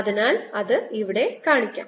അതിനാൽ അത് ഇവിടെ കാണിക്കാം